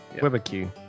Barbecue